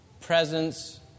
presence